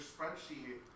spreadsheet